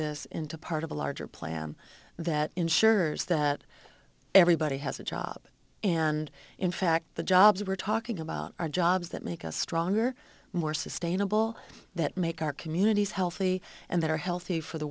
this into part of a larger plan that ensures that everybody has a job and in fact the jobs we're talking about are jobs that make us stronger more sustainable that make our communities healthy and that are healthy for the